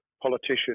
politician